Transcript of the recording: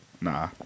nah